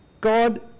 God